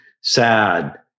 sad